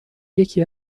یکی